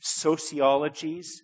sociologies